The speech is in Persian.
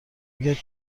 میکرد